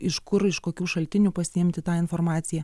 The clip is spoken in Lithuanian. iš kur iš kokių šaltinių pasiimti tą informaciją